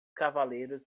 cavaleiros